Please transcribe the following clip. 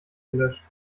gelöscht